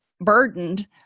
burdened